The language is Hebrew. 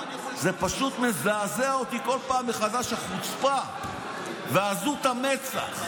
פשוט מזעזעות אותי בכל פעם מחדש החוצפה ועזות המצח.